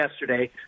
yesterday